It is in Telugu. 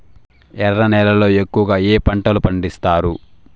ఎర్ర నేలల్లో ఎక్కువగా ఏ పంటలు పండిస్తారు